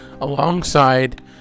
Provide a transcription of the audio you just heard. alongside